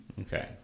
Okay